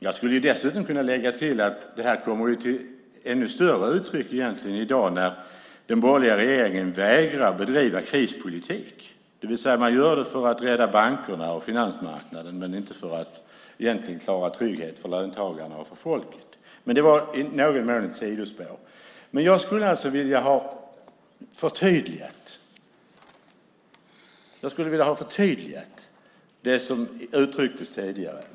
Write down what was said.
Jag skulle dessutom kunna lägga till att det här kommer till ännu större uttryck i dag när den borgerliga regeringen vägrar att bedriva krispolitik. Man gör det för att rädda bankerna och finansmarknaden, men inte för att klara tryggheten för löntagarna och folket. Men det var i någon mån ett sidospår. Jag skulle vilja ha förtydligat det som uttrycktes tidigare.